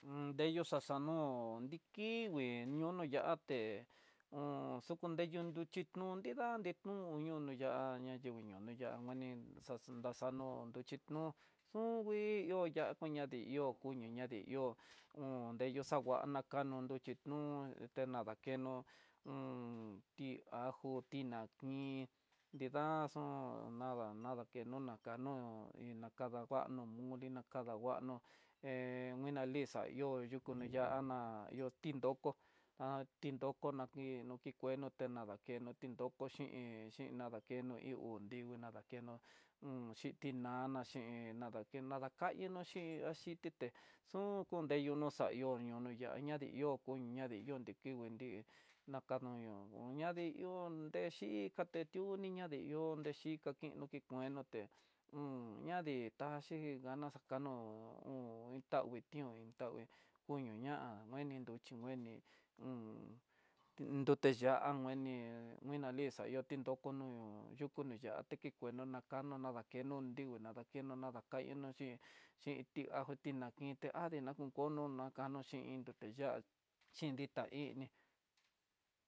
Un ndeyó xaxano ndikingui ñoo no ya'áte un xukunreyu nruxhi, no nrida nre kuñu no ya'á ñá yinguino no ya'á nani xa ndaxanó, nruxhinó xun ngui ihó ya'á kuña dii ihó kuño ña dii ihó un deyoxanguana kano nruxhi nun tena dakeno h ti ajó tinankin nridaxun nada nada kenuna kanu iin na kadanguano moli nakanguano he kuinalixa ihó, yuku ni ya'á na, ihó tin doko ka tindoko dakeno ki kueno ti nada keno ti nroko xhin xhinadakeno ihú nrivii, ndakeno un xhi tinana xhin andake nakayo no'ó xi aciti té xun kunreyó no xaihó yó ñoo yadii ihó ñoo ya'á yadii ihó kuño ñadin kuiyi nrí nakadió ñadi ihó, nrexhi kati tiú niñadi ihó xhin kakini kueno té h ñadi taxhi gana xañano ho tangui ti'ón iin tangui koño ña'a ngueni nruxhi ngueni un nrute ya'á ngueni kuena lixa nrió ti nróko no'ó yuku no ya'á teki kueno na kano nada kenó nringui nada keno nadakayenú xhin xhin ti ajo ti nakin ti ade na kon kono na kono xhin nruté ya'á xhin ditá ini.